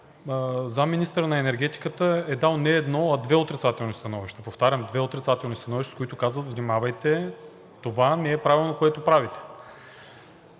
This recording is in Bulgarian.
заместник-министърът на енергетиката е дал не едно, а две отрицателни становища. Повтарям, две отрицателни становища, които казват: внимавайте, това не е правилно, което правите.